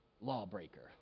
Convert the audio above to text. lawbreaker